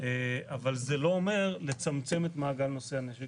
אבל זה לא אומר לצמצם את מעגל נושאי הנשק.